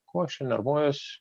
ko aš čia nervuojuosi